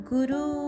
Guru